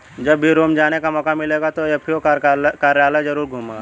जब भी रोम जाने का मौका मिलेगा तो एफ.ए.ओ कार्यालय जरूर घूमूंगा